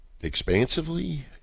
expansively